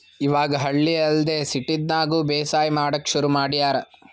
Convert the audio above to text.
ಇವಾಗ್ ಹಳ್ಳಿ ಅಲ್ದೆ ಸಿಟಿದಾಗ್ನು ಬೇಸಾಯ್ ಮಾಡಕ್ಕ್ ಶುರು ಮಾಡ್ಯಾರ್